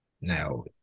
now